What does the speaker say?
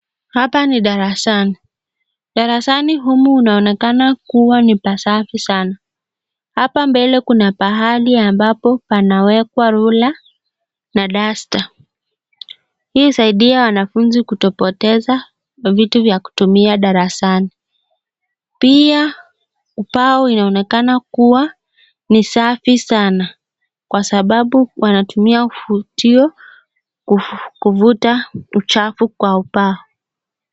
Hapa ni darasani, darasani humu unaonekana ni pasafi sana hapa mbele kuna mahali ambapo panawekwa rula na duster .Hii husaidia wanafunzi kutopoteza vitu vya kutumia darasani pia ubao inaonekana kuwa ni safi sana kwa sababu wanatumia futio kufuta uchafu kwa ubao.